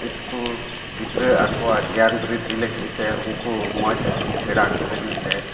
ᱜᱤᱫᱽᱨᱟᱹ ᱟᱠᱚᱣᱟᱜ ᱜᱮᱭᱟᱱ ᱵᱨᱤᱫᱽᱫᱷᱤ ᱞᱟᱹᱜᱤᱫ ᱥᱮ ᱩᱱᱠᱩ ᱢᱚᱡᱽ ᱟᱹᱠᱤᱞ ᱥᱮᱬᱟ ᱟᱠᱚ ᱞᱟᱹᱜᱤᱫᱛᱮ